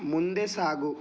ಮುಂದೆ ಸಾಗು